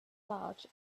large